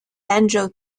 banjo